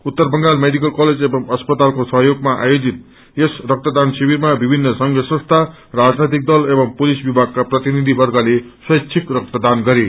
उत्तर Bengal medical college एवं अस्पतालको सहयोगमाा आयोजित यस रक्तदान शिविरमा विभिन संघ संस्था राजनैतिक दल एवं पुलिस विभागका प्रतिनिधिवर्गले स्वेच्छीक रक्तदान गरे